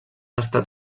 estat